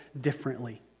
differently